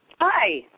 Hi